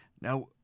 Now